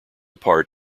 part